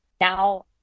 now